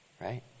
right